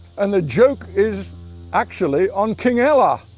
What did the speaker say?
and the joke is actually on king ella,